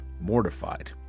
mortified